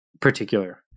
particular